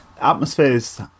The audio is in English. atmospheres